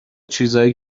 چیزایی